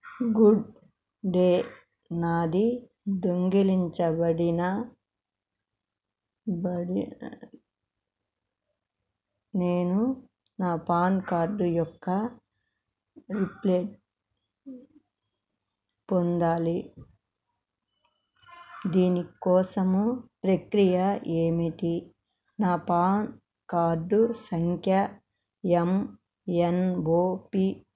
good day నాది దొంగిలించబడినందున నేను నా పాన్ కార్డు యొక్క రీప్రింట్ పొందాలి దీని కోసం ప్రక్రియ ఏమిటి నా పాన్ కార్డు సంఖ్య ఎం ఎన్ ఓ పీ